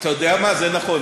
אתה יודע מה, זה נכון.